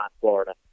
Florida